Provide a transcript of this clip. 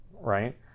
right